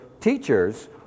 teachers